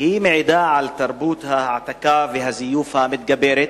מעידה על תרבות ההעתקה והזיוף המתגברת,